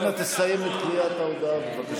אתה, כולכם מסיתים, דרך אגב.